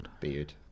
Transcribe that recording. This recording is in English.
beard